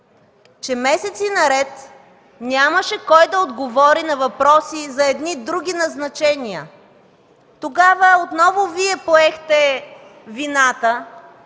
че месеци наред нямаше кой да отговори на въпроси за едни други назначения. Тогава отново Вие поехте вината